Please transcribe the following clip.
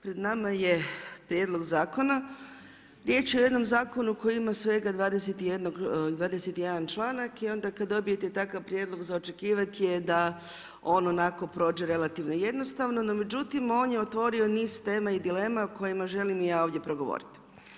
Pred nama je Prijedlog Zakona, riječ je o jednom zakonu koji ima svega 21 članak i onda kada dobijete takav prijedlog za očekivat je da on onako prođe relativno jednostavno, no međutim on je otvorio niz tema i dilema o kojima i ja želim ovdje progovoriti.